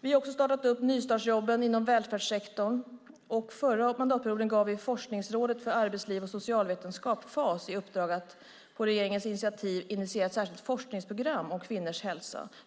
Vi har startat nystartsjobben inom välfärdssektorn, och förra mandatperioden gav vi Forskningsrådet för arbetsliv och socialvetenskap, FAS, i uppdrag att på regeringens initiativ initiera ett särskilt forskningsprogram om kvinnors hälsa.